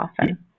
often